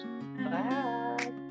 Bye